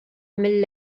mill